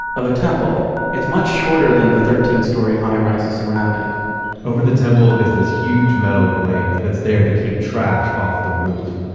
of a temple. it's much shorter than the thirteen story high rises around it over the temple is those huge metal grate that's there to keep trash off the roof.